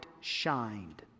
shined